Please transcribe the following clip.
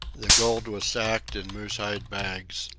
the gold was sacked in moose-hide bags,